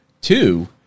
Two